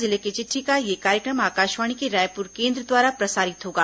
जिले की चिट्ठी का यह कार्यक्रम आकाशवाणी के रायपुर केंद्र द्वारा प्रसारित होगा